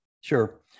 Sure